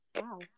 Wow